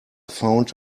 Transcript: found